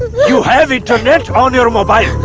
you have internet on your ah mobile,